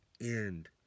end